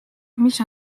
mis